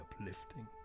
uplifting